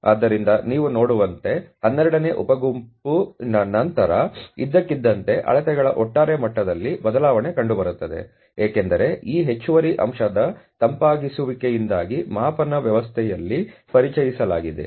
ಆದ್ದರಿಂದ ನೀವು ನೋಡುವಂತೆ 12 ನೇ ಉಪ ಗುಂಪಿನ ನಂತರ ಇದ್ದಕ್ಕಿದ್ದಂತೆ ಅಳತೆಗಳ ಒಟ್ಟಾರೆ ಮಟ್ಟದಲ್ಲಿ ಬದಲಾವಣೆ ಕಂಡುಬರುತ್ತದೆ ಏಕೆಂದರೆ ಈ ಹೆಚ್ಚುವರಿ ಅಂಶದ ತಂಪಾಗಿಸುವಿಕೆಯಿಂದಾಗಿ ಮಾಪನ ವ್ಯವಸ್ಥೆಯಲ್ಲಿ ಪರಿಚಯಿಸಲಾಗಿದೆ